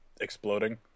exploding